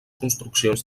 construccions